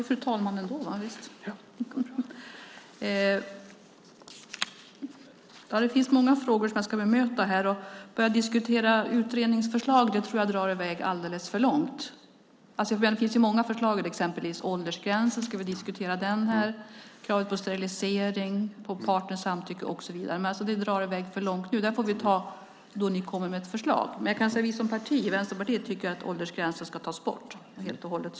Fru ålderspresident! Det finns många frågor som jag ska bemöta här. Att börja diskutera utredningsförslag skulle dra i väg alldeles för långt. Det finns ju många förslag, exempelvis åldersgränser, krav på sterilisering och på partners samtycke och så vidare, men det skulle dra i väg för långt att nu diskutera dem. Den diskussionen får vi ta när ni kommer med ett förslag. Som parti tycker vi i Vänsterpartiet att åldergränsen ska tas bort helt och hållet.